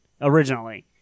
originally